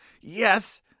Yes